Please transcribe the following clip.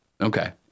Okay